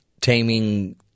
taming